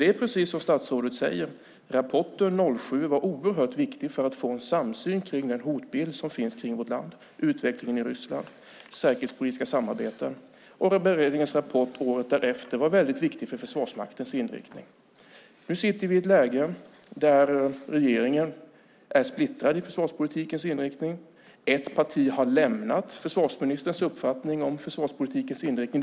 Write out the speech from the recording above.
Det är precis som statsrådet säger, att rapporten 2007 var oerhört viktig för att få en samsyn om den hotbild som finns kring vårt land. Det gäller utvecklingen i Ryssland och säkerhetspolitiska samarbeten. Beredningens rapport året därefter var väldigt viktig för Försvarsmaktens inriktning. Nu befinner vi oss i ett läge där regeringen är splittrad när det gäller försvarspolitikens inriktning. Ett parti har lämnat försvarsministerns uppfattning om försvarspolitikens inriktning.